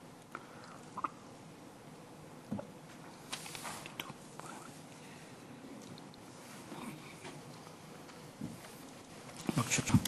בבקשה.